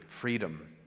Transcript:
freedom